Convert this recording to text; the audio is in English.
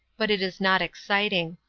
but it is not exciting.